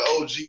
OG